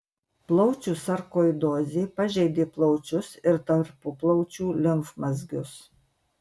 plaučių sarkoidozė pažeidė plaučius ir tarpuplaučių limfmazgius